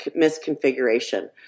misconfiguration